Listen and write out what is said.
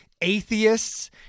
atheists